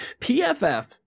PFF